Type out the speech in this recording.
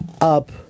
up